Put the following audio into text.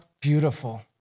beautiful